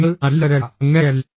നിങ്ങൾ നല്ലവരല്ല അങ്ങനെയല്ല